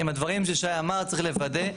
עם הדברים ששי אמר, צריך לוודא.